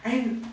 and